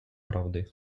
правди